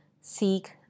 seek